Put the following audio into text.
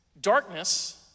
darkness